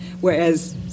whereas